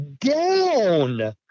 down